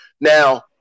Now